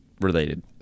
related